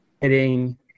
hitting